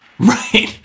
Right